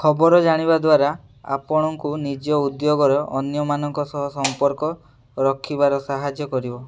ଖବର ଜାଣିବା ଦ୍ୱାରା ଆପଣଙ୍କୁ ନିଜ ଉଦ୍ୟୋଗର ଅନ୍ୟମାନଙ୍କ ସହ ସଂପର୍କ ରଖିବାରେ ସାହାଯ୍ୟ କରିବ